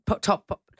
top –